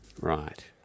Right